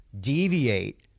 deviate